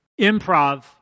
improv